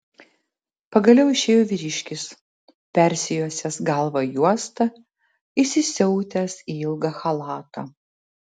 pagaliau išėjo vyriškis persijuosęs galvą juosta įsisiautęs į ilgą chalatą